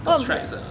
got stripes or not